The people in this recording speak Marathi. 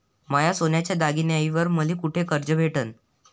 माया सोन्याच्या दागिन्यांइवर मले कुठे कर्ज भेटन?